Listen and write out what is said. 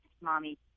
mommy